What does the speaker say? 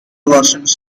versions